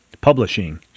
publishing